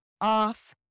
off